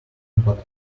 but